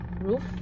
roof